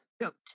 Goat